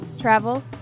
travel